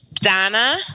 Donna